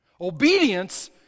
Obedience